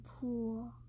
pool